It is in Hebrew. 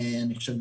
אני חושב,